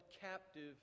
captive